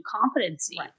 competency